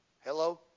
Hello